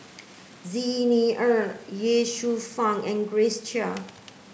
Xi Ni Er Ye Shufang and Grace Chia